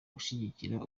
gushigikira